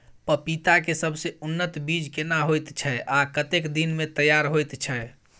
पपीता के सबसे उन्नत बीज केना होयत छै, आ कतेक दिन में तैयार होयत छै?